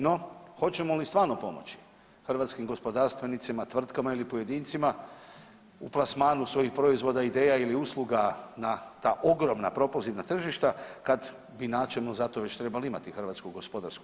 No, hoćemo li stvarno pomoći hrvatskim gospodarstvenicima, tvrtkama ili pojedincima u plasmanu svojih proizvoda, ideja ili usluga na ta ogromna propozitna tržišta kad bi načelno za to već trebali imati HGK.